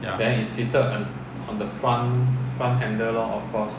ya